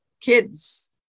kids